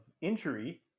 injury